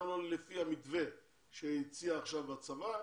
גם לא לפי המתווה שהציע עכשיו הצבא.